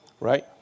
right